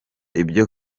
ibyo